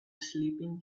sleeping